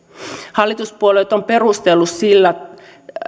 hallituspuolueet ovat perustelleet sillä